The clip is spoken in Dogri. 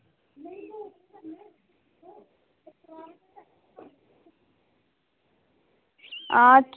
आं